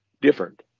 different